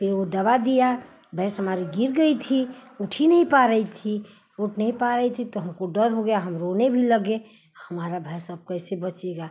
फिर वह दवा दिया भैंस हमारी गिर गई थी उठ ही नहीं पा रही थी उठ नहीं पा रही थी तो हमको डर हो गया हम रोने भी लगे हमारी भैंस अब कैसे बचेगी